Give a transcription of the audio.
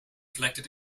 collected